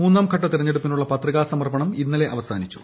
മൂന്നാം ഘട്ട തെരഞ്ഞെടുപ്പിനുള്ള പത്രിക സമർപ്പണം ഇന്നലെ അവസാനിച്ചു